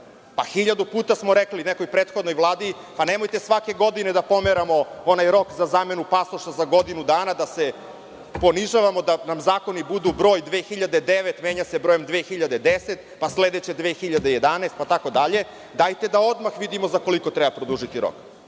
Hiljadu puta smo rekli nekoj prethodnoj Vladi – nemojte svake godine da pomeramo onaj rok za zamenu pasoša za godinu dana, da se ponižavamo, da nam zakoni budu broj 2009. menja se brojem 2010. pa sledeće 2011. pa tako dalje. Dajte da odmah vidimo za koliko treba promeniti rok.